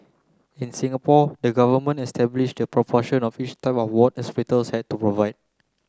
in Singapore the government establish the proportion of each type of ward hospitals had to provide